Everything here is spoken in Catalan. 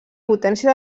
potència